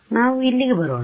ನಾವು ಇಲ್ಲಿಗೆ ಬರೋಣ